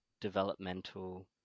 developmental